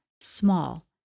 small